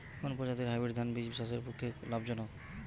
কোন প্রজাতীর হাইব্রিড ধান বীজ চাষের পক্ষে লাভজনক?